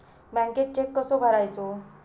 बँकेत चेक कसो भरायचो?